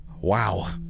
Wow